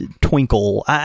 twinkle